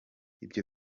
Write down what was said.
ibyo